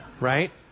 right